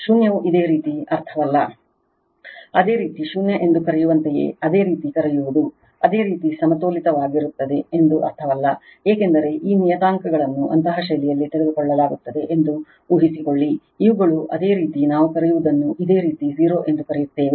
ಶೂನ್ಯವು ಇದೇ ರೀತಿ ಅರ್ಥವಲ್ಲ ಅದೇ ರೀತಿ ಶೂನ್ಯ ಎಂದು ಕರೆಯುವಂತೆಯೇ ಅದೇ ರೀತಿ ಕರೆಯುವುದು ಅದೇ ರೀತಿ ಸಮತೋಲಿತವಾಗುತ್ತದೆ ಎಂದು ಅರ್ಥವಲ್ಲ ಏಕೆಂದರೆ ಈ ನಿಯತಾಂಕಗಳನ್ನು ಅಂತಹ ಶೈಲಿಯಲ್ಲಿ ತೆಗೆದುಕೊಳ್ಳಲಾಗುತ್ತದೆ ಎಂದು ಊಹಿಸಿಕೊಳ್ಳಿ ಇವುಗಳು ಅದೇ ರೀತಿ ನಾವು ಕರೆಯುವುದನ್ನು ಇದೇ ರೀತಿ 0 ಎಂದು ಕರೆಯುತ್ತೇವೆ